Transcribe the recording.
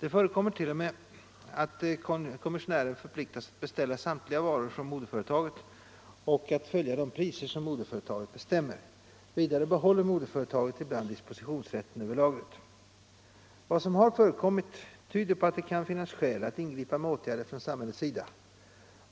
Det förekommer t.ex. att kommissionären förpliktas beställa samtliga varor från moderföretaget och att följa de priser som moderföretaget bestämmer. Vidare behåller moderföretaget ibland dispositionsrätten över lagret. Vad som har förekommit tyder på att det kan finnas skäl att ingripa med åtgärder från samhällets sida.